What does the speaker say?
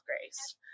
grace